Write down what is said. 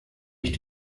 ich